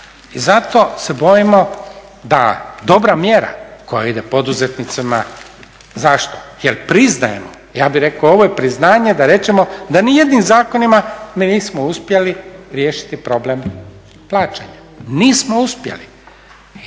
I zato se bojimo da dobra mjera koja ide poduzetnicima, zašto jer priznajemo, ja bih rekao ovo je priznanje da rečemo da ni jednim zakonima mi nismo uspjeli riješiti problem plaćanja, nismo uspjeli.